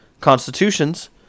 constitutions